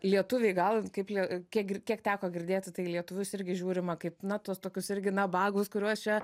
lietuviai gal kaip jie kiek gir kiek teko girdėti tai į lietuvius irgi žiūrima kaip na tuos tokius irgi nabagus kuriuos čia